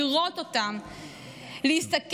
לראות אותם, להסתכל.